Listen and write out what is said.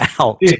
out